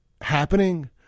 happening